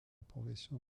progression